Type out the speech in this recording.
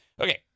Okay